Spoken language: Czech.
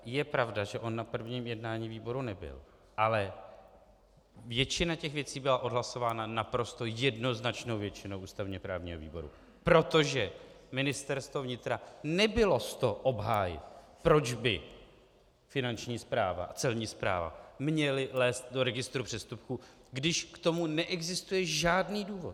Je pravda, že on na prvním jednání výboru nebyl, ale většina věcí byla odhlasována naprosto jednoznačnou většinou ústavněprávního výboru, protože Ministerstvo vnitra nebylo s to obhájit, proč by Finanční a Celní správa měly lézt do registru přestupků, když k tomu neexistuje žádný důvod.